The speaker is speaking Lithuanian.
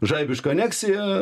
žaibiška aneksija